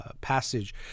passage